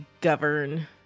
govern